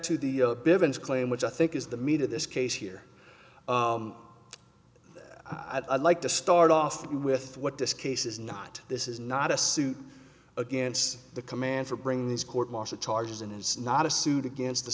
to the claim which i think is the meat of this case here i'd like to start off with what this case is not this is not a suit against the command for bringing these court martial charges and it's not a suit against the